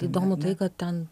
įdomu tai kad ten